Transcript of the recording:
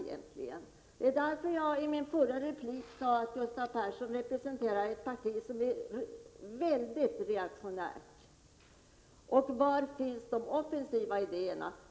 Det var därför jag i min förra replik sade att Gustav Persson representerar ett parti som är mycket reaktionärt. Var finns de offensiva idéerna?